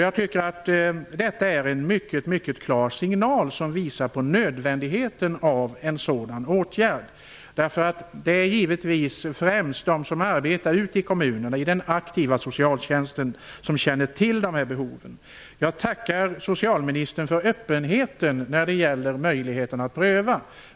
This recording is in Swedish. Jag tycker att detta är en mycket klar signal, som visar på nödvändigheten av en sådan åtgärd. Det är ju givetvis främst de som arbetar ute i kommunerna, i den aktiva socialtjänsten, som känner till dessa behov. Jag tackar socialministern för öppenheten när det gäller möjligheten att pröva.